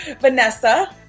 Vanessa